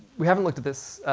we haven't looked at this.